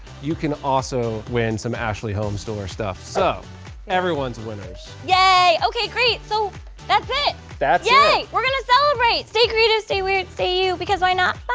you can also win some ashley homestore stuff. so everyone's winners. yay. okay, great. so that's it. yay. we're gonna celebrate stay creative, stay weird, stay you because why not